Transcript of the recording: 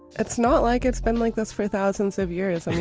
it's not like it's been like this for thousands of years. like